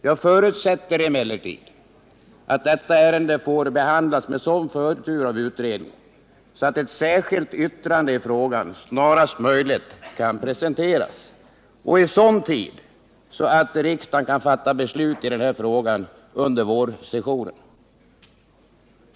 Jag förutsätter emellertid att detta ärende får behandlas med sådan förtur av utredningen, att ett särskilt betänkande i frågan kan presenteras snarast möjligt eller i varje fall i sådan tid att riksdagen kan fatta beslut i frågan under vårriksdagen.